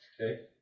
okay